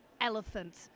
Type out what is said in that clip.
elephant